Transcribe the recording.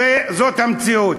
זאת המציאות.